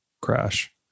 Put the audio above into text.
crash